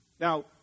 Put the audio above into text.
Now